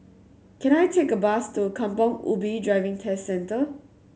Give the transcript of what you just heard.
can I take a bus to Kampong Ubi Driving Test Centre